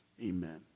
amen